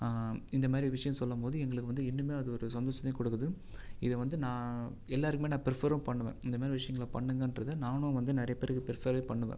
இந்தமாரி விஷியம் சொல்லும் போது எங்களுக்கு வந்து இன்னுமே அது ஒரு சந்தோசமே கொடுக்குது இதை வந்து நான் எல்லாருக்குமே நான் பிரிஃபரும் பண்ணுவேன் இந்தமாதிரி விஷியங்களை பண்ணுங்கன்றது நான் வந்து நிறைய பேருக்கு பிரிஃபரும் பண்ணுவேன்